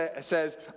says